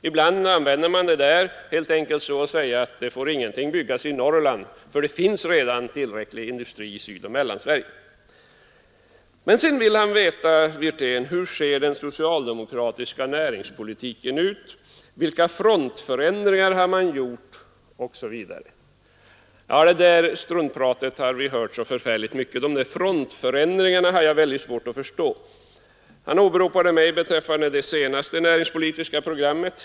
Ibland menar man helt enkelt: ”Det får ingenting byggas i Norrland, för det finns redan tillräcklig industri i Sydoch Mellansverige.” Sedan vill herr Wirtén veta hur den socialdemokratiska näringspolitiken ser ut, vilka frontförändringar man har gjort osv. Det där struntpratet har vi hört så förfärligt mycket. Och frontförändringarna har jag väldigt svårt att förstå. Herr Wirtén åberopade mig beträffande det senaste näringspolitiska programmet.